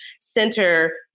center